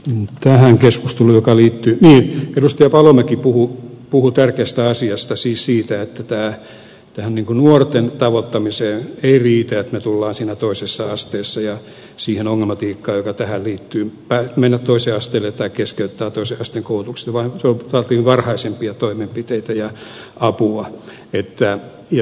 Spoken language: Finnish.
niin käy keskustelu joka liittyy vähän koska edustaja paloniemi puhui tärkeästä asiasta siis siitä että tähän nuorten tavoittamiseen ei riitä että me tulemme siinä toisessa asteessa ja siihen ongelmatiikkaan joka tähän liittyy mennä toiselle asteelle tai keskeyttää toisen asteen koulutus vaan se vaatii varhaisempia toimenpiteitä ja apua